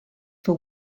for